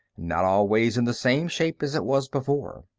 not always in the same shape as it was before.